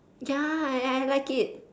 ya I like it